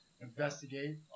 investigate